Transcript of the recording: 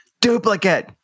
Duplicate